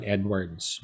Edwards